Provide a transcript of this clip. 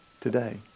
today